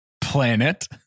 planet